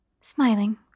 Smiling